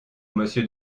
monsieur